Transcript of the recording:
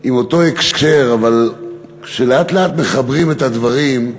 עם אותו הקשר, אבל כשלאט-לאט מחברים את הדברים,